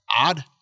odd